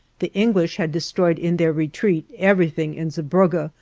the english had destroyed in their retreat everything in zeebrugge,